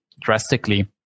drastically